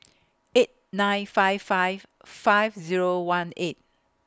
eight nine five five five Zero one eight